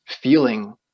feeling